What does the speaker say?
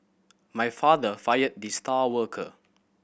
my father fired the star worker